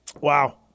Wow